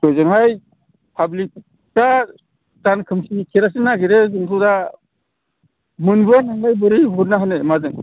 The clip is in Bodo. हजोंहाय पाब्लिगा दानखोमसि खेरासिन नागिरो जोंथ' दा मोनबोवा नालाय बोरै हरनो हानो माजों